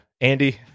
Andy